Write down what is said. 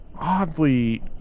oddly